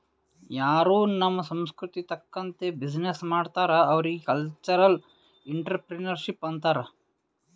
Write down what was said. ಯಾರೂ ನಮ್ ಸಂಸ್ಕೃತಿ ತಕಂತ್ತೆ ಬಿಸಿನ್ನೆಸ್ ಮಾಡ್ತಾರ್ ಅವ್ರಿಗ ಕಲ್ಚರಲ್ ಇಂಟ್ರಪ್ರಿನರ್ಶಿಪ್ ಅಂತಾರ್